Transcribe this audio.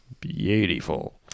Beautiful